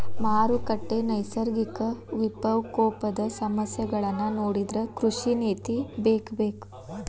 ಮಾರುಕಟ್ಟೆ, ನೈಸರ್ಗಿಕ ವಿಪಕೋಪದ ಸಮಸ್ಯೆಗಳನ್ನಾ ನೊಡಿದ್ರ ಕೃಷಿ ನೇತಿ ಬೇಕಬೇಕ